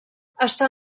està